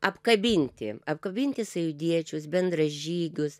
apkabinti apkabinti sąjūdiečius bendražygius